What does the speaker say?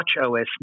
watchOS